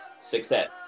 success